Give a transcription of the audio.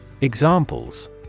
Examples